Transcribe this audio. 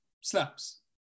slaps